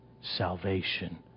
salvation